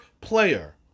player